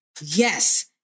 yes